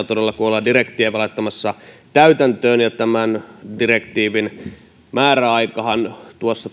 todella kun ollaan direktiiviä laittamassa täytäntöön ja tämän direktiivin määräaikahan